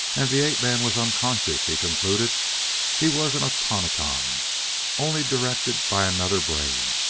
and the ape-man was unconscious, he concluded he was an automaton only, directed by another brain.